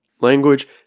Language